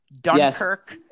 Dunkirk